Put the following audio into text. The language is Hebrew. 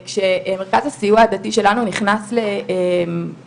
כשמרכז הסיוע הדתי שלנו נכנס לסמינרים,